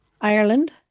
Ireland